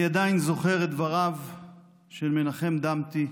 אני עדיין זוכר את דבריו של מנחם דמתי,